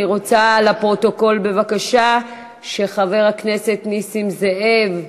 אני רוצה לומר לפרוטוקול שחבר הכנסת נסים זאב,